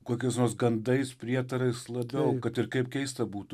kokiais nors gandais prietarais labiau kad ir kaip keista būtų